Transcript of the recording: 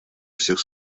всех